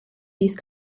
these